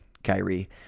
Kyrie